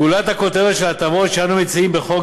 גולת הכותרת של ההטבות שאנו מציעים בחוק